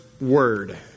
Word